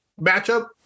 matchup